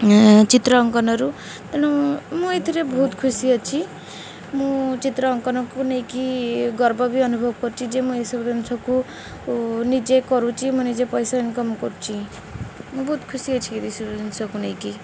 ଚିତ୍ର ଅଙ୍କନରୁ ତେଣୁ ମୁଁ ଏଥିରେ ବହୁତ ଖୁସି ଅଛି ମୁଁ ଚିତ୍ର ଅଙ୍କନକୁ ନେଇକରି ଗର୍ବ ବି ଅନୁଭବ କରୁଛି ଯେ ମୁଁ ଏସବୁ ଜିନିଷକୁ ନିଜେ କରୁଛି ମୁଁ ନିଜେ ପଇସା ଇନକମ୍ କରୁଛି ମୁଁ ବହୁତ ଖୁସି ଅଛି ଏ ସବୁ ଜିନିଷକୁ ନେଇକରି